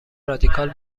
رادیکال